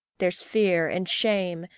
there's fear, and shame,